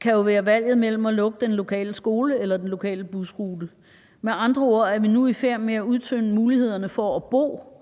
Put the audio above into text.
kan jo være valget mellem at lukke den lokale skole eller den lokale busrute. Med andre ord er vi nu i færd med at udtømme mulighederne for at bo,